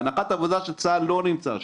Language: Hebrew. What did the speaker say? בהנחת עבודה שצה"ל לא נמצא שם,